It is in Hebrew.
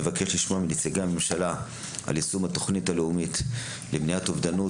נבקש לשמוע מנציגי הממשלה על יישום התוכנית הלאומית למניעת אובדנות,